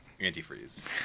antifreeze